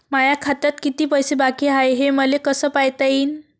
माया खात्यात किती पैसे बाकी हाय, हे मले कस पायता येईन?